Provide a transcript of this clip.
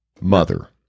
mother